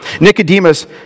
Nicodemus